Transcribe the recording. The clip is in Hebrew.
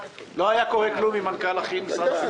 לא היה קורה כלום אם מנכ"ל משרד החינוך